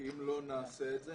כי אם לא נעשה את זה,